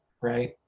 right